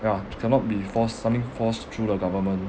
yeah cannot be forced something forced through the government